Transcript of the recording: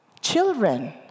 children